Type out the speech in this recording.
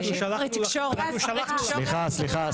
אנחנו שלחנו לך --- סליחה, סליחה,